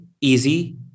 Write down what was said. easy